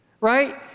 right